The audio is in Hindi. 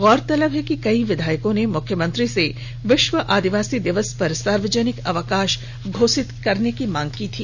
गौरतलब है कि कई विधायकों ने मुख्यमंत्री से विश्व आदिवासी दिवस पर सार्वजनिक अवकाश घोषित करने की मांग की थी